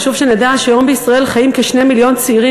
חשוב שנדע שהיום בישראל חיים כ-2 מיליון צעירים